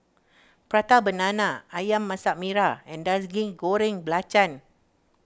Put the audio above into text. Prata Banana Ayam Masak Merah and Nasi Goreng Belacan